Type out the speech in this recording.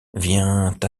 vient